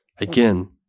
again